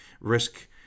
risk